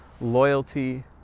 loyalty